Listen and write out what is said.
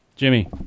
Jimmy